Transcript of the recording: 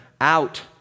out